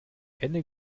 ende